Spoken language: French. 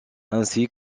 ainsi